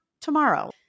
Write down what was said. tomorrow